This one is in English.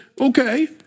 okay